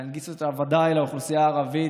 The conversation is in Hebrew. להנגיש אותה ודאי לאוכלוסייה הערבית,